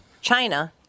China